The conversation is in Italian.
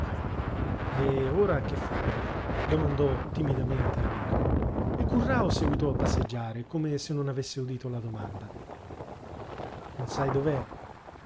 e ora che fa domandò timidamente luca il currao seguitò a passeggiare come se non avesse udito la domanda non sai dov'è